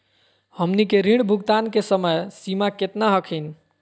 हमनी के ऋण भुगतान के समय सीमा केतना हखिन?